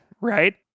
right